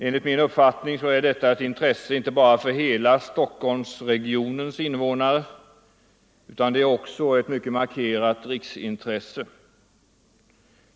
Enligt min uppfattning är detta ett intresse inte bara för hela Stockholmsregionens invånare, utan det är också ett mycket markerat riksintresse.